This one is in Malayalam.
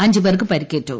അഞ്ചുപേർക്ക് പരിക്കേറ്റു